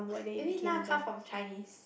maybe lah come from Chinese